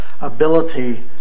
ability